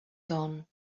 gone